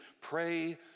pray